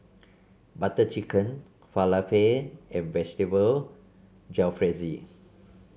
Butter Chicken Falafel and Vegetable Jalfrezi